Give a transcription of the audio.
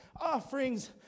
offerings